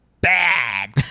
bad